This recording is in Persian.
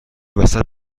وسط